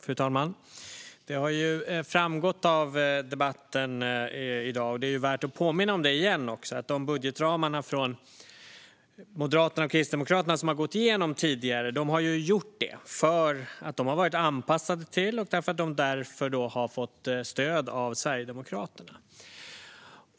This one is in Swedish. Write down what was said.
Fru talman! Det har framgått av debatten i dag och är värt att påminna om igen att de budgetramar från Moderaterna och Kristdemokraterna som har gått igenom tidigare har gjort det för att de har varit anpassade till, och därför har fått stöd av, Sverigedemokraterna.